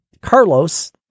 Carlos